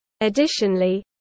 Additionally